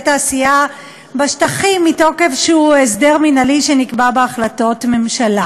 תעשייה בשטחים מתוקף הסדר מינהלי שנקבע בהחלטות ממשלה,